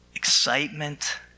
excitement